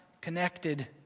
connected